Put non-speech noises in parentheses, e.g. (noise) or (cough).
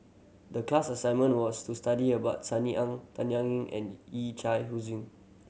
the class assignment was to study about Sunny Ang Tanya (unintelligible) and Yee Chia Hsing